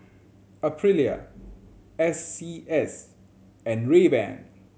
Aprilia S C S and Rayban